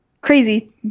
crazy